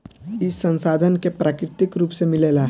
ई संसाधन के प्राकृतिक रुप से मिलेला